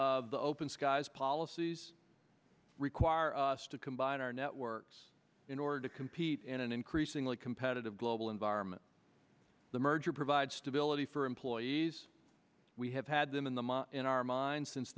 of the open skies policies require us to combine our networks in order to compete in an increasingly competitive global environment the merger provide stability for employees we have had them in the ma in our minds since